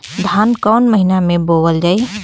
धान कवन महिना में बोवल जाई?